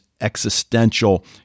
existential